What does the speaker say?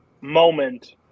moment